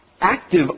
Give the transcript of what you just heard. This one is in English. active